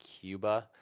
Cuba